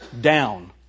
down